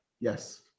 Yes